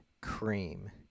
Cream